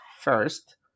first